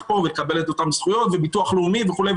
פה ולקבל את אותן זכויות ביטוח לאומי וכו'.